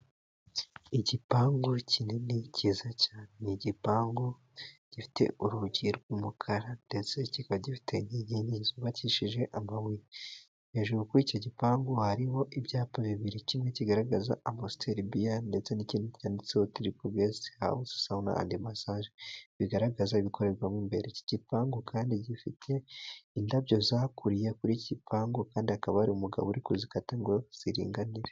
Igipangu kinini cyiza cyane ni igipangu gifite urugi rw'umukara, ndetse kikaba gifite inkigi enye zubakishije amabuye, hejuru kuri icyo gipangu hari ibyapa bibiri kimwe kigaragaza abositeribiya, ndetse n'ikindi cyanditseho tiripu gesiti howuzi sowuna endi masage, bigaragaza ibikorerwamo imbere iki gipangu kandi gifite indabyo zakuriye kuri iki gipangu, kandi hakaba hari umugabo uri kuzikata ngo ziringanire.